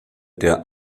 der